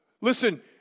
Listen